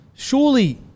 Surely